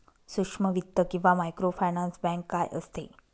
सूक्ष्म वित्त किंवा मायक्रोफायनान्स बँक काय असते?